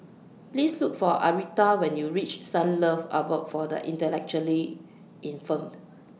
Please Look For Aretha when YOU REACH Sunlove Abode For The Intellectually Infirmed